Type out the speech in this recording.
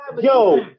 Yo